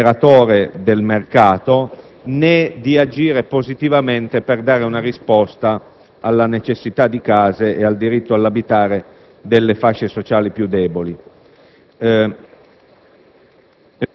calmieratore del mercato, né di intervenire positivamente per dare una risposta alla necessità di case e al diritto all' abitare delle fasce sociali più deboli.